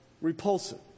repulsive